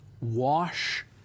wash